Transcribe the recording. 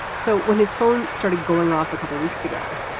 so when his phone started going off a couple of weeks ago,